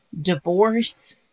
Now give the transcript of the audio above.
divorce